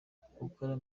gukora